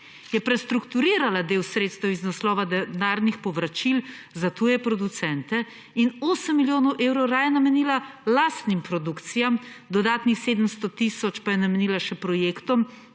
je prestrukturirala del sredstev iz naslova denarnih povračil za tuje producente in osem milijonov evrov raje namenila lastnim produkcijam, dodatnih 700 tisoč pa je namenila še projektom,